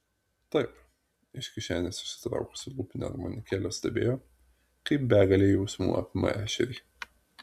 taip iš kišenės ištraukusi lūpinę armonikėlę stebėjo kaip begalė jausmų apima ešerį